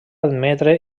admetre